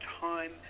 time